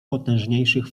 potężniejszych